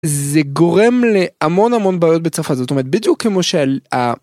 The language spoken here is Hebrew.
זה גורם להמון המון בעיות בצרפת זאת אומרת בדיוק כמו של ה...